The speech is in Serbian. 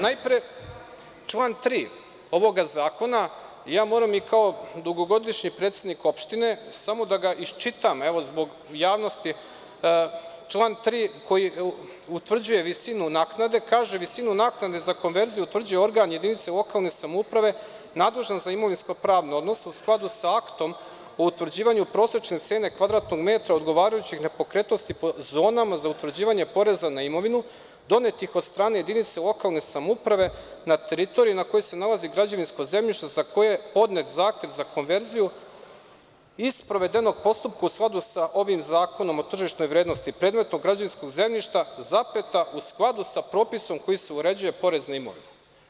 Najpre, član 3. ovog zakona, moram i kao dugogodišnji predsednik opštine samo da ga iščitam zbog javnosti, član 3. koji utvrđuje visinu naknade kaže – visinu naknade za konverziju utvrđuje organ jedinice lokalne samouprave nadležan za imovinsko-pravne odnose, u skladu sa aktom o utvrđivanju prosečne cene kvadratnog metra odgovarajuće nepokretnosti po zonama za utvrđivanje poreza na imovinu, donetih od strane jedinice lokalne samouprave na teritoriji na kojoj se nalazi građevinsko zemljište za koji je podnet zahtev za konverziju, i sprovedenog postupka u skladu sa ovim zakonom o tržišnoj vrednosti predmetnog građevinskog zemljišta, u skladu sa propisom kojim se uređuje porez na imovinu.